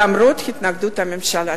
למרות התנגדות הממשלה.